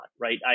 right